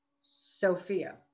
Sophia